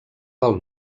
del